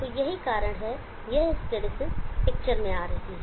तो यही कारण है कि यह हिस्टैरिसीस पिक्चर में आ रही है